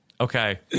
Okay